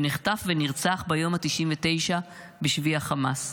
שנחטף ונרצח ביום ה-99 בשבי חמאס.